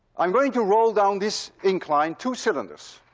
i'm going to roll down this incline two cylinders.